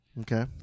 Okay